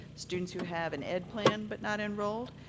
students who have an ed plan but not enrolled.